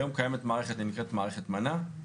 היום קיימת מערכת מנ"ה,